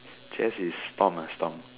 Chas is storm ah storm